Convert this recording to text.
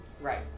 Right